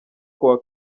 kuwa